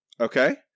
okay